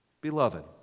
Beloved